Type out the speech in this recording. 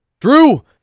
Drew